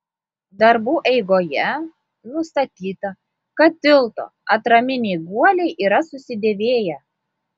darbų eigoje nustatyta kad tilto atraminiai guoliai yra susidėvėję